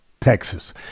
Texas